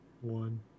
One